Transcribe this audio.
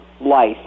life